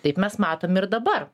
taip mes matom ir dabar